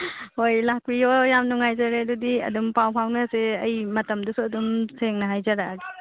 ꯍꯣꯏ ꯂꯥꯛꯄꯤꯌꯣ ꯌꯥꯝ ꯅꯨꯡꯉꯥꯏꯖꯔꯦ ꯑꯗꯨꯗꯤ ꯑꯗꯨꯝ ꯄꯥꯎ ꯐꯥꯎꯅꯁꯦ ꯑꯩ ꯃꯇꯝꯗꯨꯁꯨ ꯑꯗꯨꯝ ꯁꯦꯡꯅ ꯍꯥꯏꯖꯔꯛꯂꯒꯦ